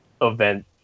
event